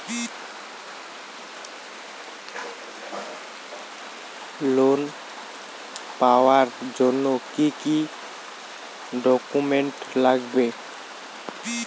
Loan পাওয়ার জন্যে কি কি ডকুমেন্ট লাগবে?